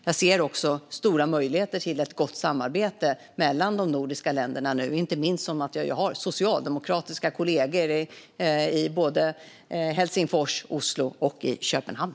Jag ser också stora möjligheter till ett gott samarbete mellan de nordiska länderna, inte minst eftersom jag ju har socialdemokratiska kollegor i såväl Helsingfors och Oslo som Köpenhamn.